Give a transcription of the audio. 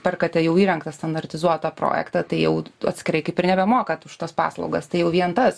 perkate jau įrengtą standartizuotą projektą tai jau atskirai kaip ir nebemokat už tas paslaugas tai jau vien tas